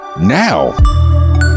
now